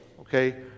Okay